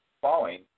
falling